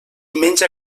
menja